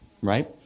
right